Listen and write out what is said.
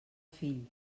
fill